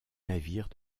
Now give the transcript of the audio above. navire